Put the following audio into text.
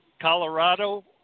Colorado